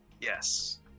Yes